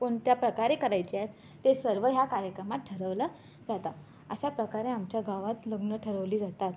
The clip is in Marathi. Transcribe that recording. कोणत्या प्रकारे करायचे आहेत ते सर्व ह्या कार्यक्रमात ठरवलं जातं अशा प्रकारे आमच्या गावात लग्नं ठरवली जातात